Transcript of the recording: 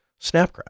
snapcraft